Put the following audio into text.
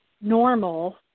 normal